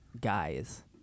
guys